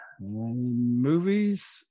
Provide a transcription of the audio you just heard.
Movies